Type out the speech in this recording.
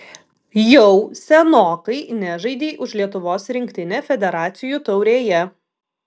jau senokai nežaidei už lietuvos rinktinę federacijų taurėje